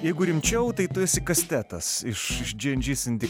jeigu rimčiau tai tu esi kastetas iš iš džy en džy sindi